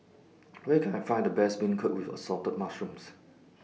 Where Can I Find The Best Beancurd with Assorted Mushrooms